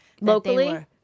Locally